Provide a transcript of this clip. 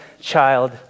child